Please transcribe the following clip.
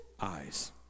eyes